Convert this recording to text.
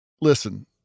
listen